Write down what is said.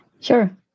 Sure